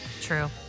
True